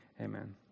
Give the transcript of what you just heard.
Amen